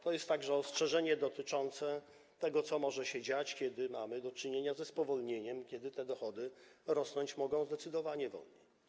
To jest także ostrzeżenie dotyczące tego, co może się dziać, kiedy mamy do czynienia ze spowolnieniem, kiedy te dochody mogą rosnąć zdecydowanie wolniej.